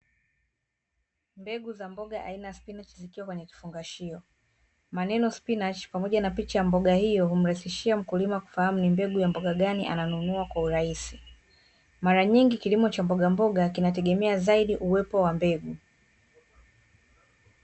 Mbegu za mboga aina ya spinachi zikiwa kwenye kifungashio, maneno SPINACH pamoja na picha ya mboga hiyo humrahisishia mkulima kufahamu ni mbegu ya mboga gani ananunua kwa urahisi. Mara nyingi kilimo cha mboga mboga kinategemea zaidi uwepo wa mbegu.